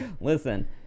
listen